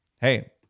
hey